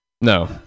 no